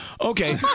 Okay